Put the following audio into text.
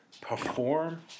perform